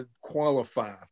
qualify